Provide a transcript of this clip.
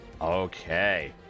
Okay